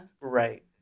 right